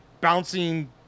bouncing